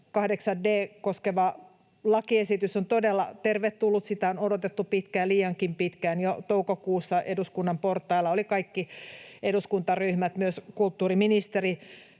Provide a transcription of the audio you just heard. koskeva lakiesitys, on todella tervetullut. Sitä on odotettu pitkään, liiankin pitkään — jo toukokuussa eduskunnan portailla olivat kaikki eduskuntaryhmät, myös kulttuuriministeri,